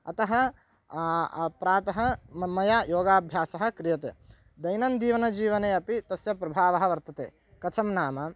अतः प्रातः म मया योगाभ्यासः क्रियते दैनन्दीवनजीवने अपि तस्य प्रभावः वर्तते कथं नाम